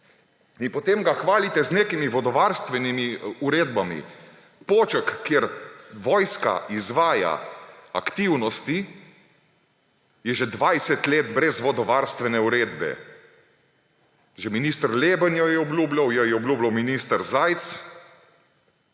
potem ga hvalite z nekimi vodovarstvenimi uredbami. Poček, kjer vojska izvaja aktivnosti, je že 20 let brez vodovarstvene uredbe. Že minister Leban jo je obljublja, jo je obljubljal minister Zajc,